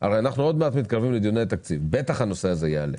אנחנו מתקרבים לדיוני התקציב והנושא הזה בטח יעלה.